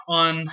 on –